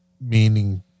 meaning